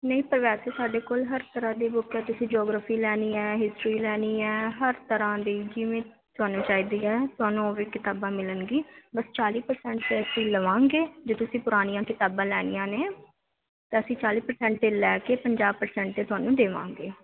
ਨਹੀਂ ਪਰ ਵੈਸੇ ਸਾਡੇ ਕੋਲ ਹਰ ਤਰ੍ਹਾਂ ਦੀ ਬੁੱਕ ਹੈ ਤੁਸੀਂ ਜਿਓਗ੍ਰਫੀ ਲੈਣੀ ਹੈ ਹਿਸਟਰੀ ਲੈਣੀ ਹੈ ਹਰ ਤਰ੍ਹਾਂ ਦੀ ਜਿਵੇਂ ਤੁਹਾਨੂੰ ਚਾਹੀਦੀ ਹੈ ਤੁਹਾਨੂੰ ਉਹ ਵੀ ਕਿਤਾਬਾਂ ਮਿਲਣਗੀ ਬਸ ਚਾਲ੍ਹੀ ਪਰਸੈਂਟ 'ਤੇ ਅਸੀਂ ਲਵਾਂਗੇ ਜੇ ਤੁਸੀਂ ਪੁਰਾਣੀਆਂ ਕਿਤਾਬਾਂ ਲੈਣੀਆਂ ਨੇ ਤਾਂ ਅਸੀਂ ਚਾਲ੍ਹੀ ਪਰਸੈਂਟ 'ਤੇ ਲੈ ਕੇ ਪੰਜਾਹ ਪਰਸੈਂਟ 'ਤੇ ਤੁਹਾਨੂੰ ਦੇਵਾਂਗੇ